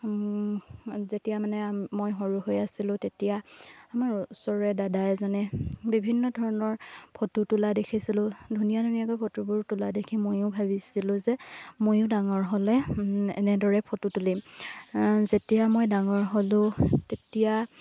যেতিয়া মানে মই সৰু হৈ আছিলোঁ তেতিয়া আমাৰ ওচৰৰে দাদা এজনে বিভিন্ন ধৰণৰ ফটো তোলা দেখিছিলোঁ ধুনীয়া ধুনীয়াকৈ ফটোবোৰ তোলা দেখি ময়ো ভাবিছিলোঁ যে ময়ো ডাঙৰ হ'লে এনেদৰে ফটো তুলিম যেতিয়া মই ডাঙৰ হ'লোঁ তেতিয়া